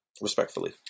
respectfully